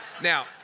Now